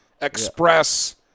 express